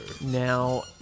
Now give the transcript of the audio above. Now